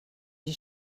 les